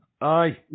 Aye